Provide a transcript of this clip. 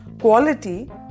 Quality